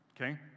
Okay